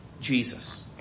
Jesus